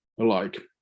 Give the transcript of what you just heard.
alike